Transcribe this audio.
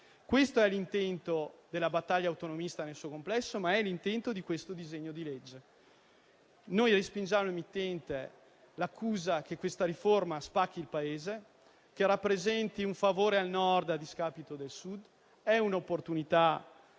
Questo è l'intento della battaglia autonomista nel suo complesso, ma anche di questo disegno di legge. Noi respingiamo al mittente l'accusa che questa riforma spacchi il Paese e che rappresenti un favore al Nord a discapito del Sud. È un'opportunità